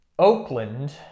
Oakland